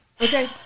Okay